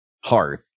hearth